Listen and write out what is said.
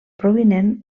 provinent